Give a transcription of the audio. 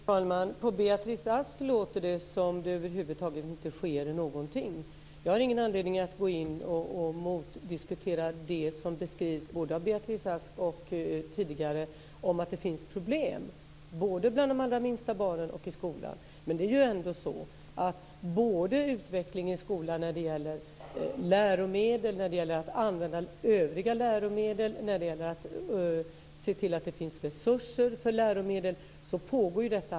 Fru talman! Det låter på Beatrice Ask som om det över huvud taget inte sker någonting. Jag har ingen anledning att gå in och diskutera mot det som Beatrice Ask har beskrivit av problemen, både bland de minsta barnen och i skolan. Men det pågår ständigt ett arbete med en utveckling av läromedel, användning av övriga läromedel, resurser för läromedel.